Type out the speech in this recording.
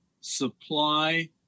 supply